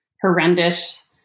horrendous